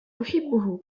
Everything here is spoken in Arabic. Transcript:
أحبه